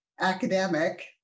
academic